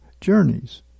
journeys